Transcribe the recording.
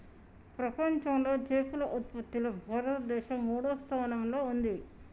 ప్రపంచంలా చేపల ఉత్పత్తిలా భారతదేశం మూడో స్థానంలా ఉంది